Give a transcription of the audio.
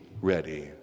ready